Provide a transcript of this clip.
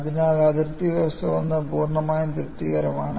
അതിനാൽ അതിർത്തി അവസ്ഥ 1 പൂർണ്ണമായും തൃപ്തികരമാണ്